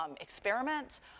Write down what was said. experiments